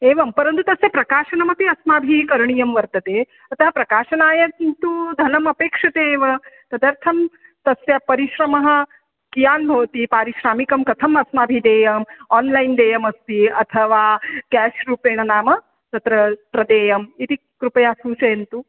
एवं परन्तु तस्य प्रकाशनमपि अस्माभिः करणीयं वर्तते अतः प्रकाशनाय किन्तु धनं अपेक्ष्यते वा तदर्थं तस्य परिश्रमः कियान् भवति पारिश्रामिकं कथमस्माभिः देयम् आन्लैन् देयमस्ति अथवा केश्रूपेण नाम तत्र प्रदेयम् इति कृपया सूचयन्तु